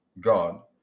God